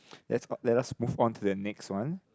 let's let's us move on to the next one